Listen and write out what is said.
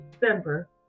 December